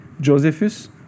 Josephus